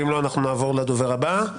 ואם לא, אנחנו נעבור לדובר הבא.